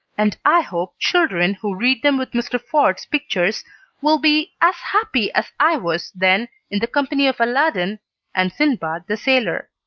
and i hope children who read them with mr. ford's pictures will be as happy as i was then in the company of aladdin and sindbad the sailor.